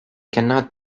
cannot